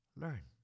learn